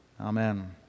Amen